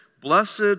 Blessed